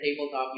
tabletop